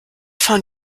fahren